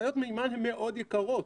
משאיות מימן הן מאוד יקרות,